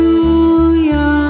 Julia